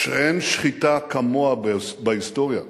שאין שחיטה כמוה בהיסטוריה,